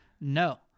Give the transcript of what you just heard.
no